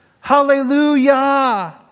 Hallelujah